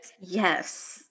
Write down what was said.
Yes